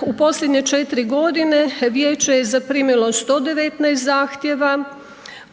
U posljednje 4 g. vijeće je zaprimilo 119 zahtjeva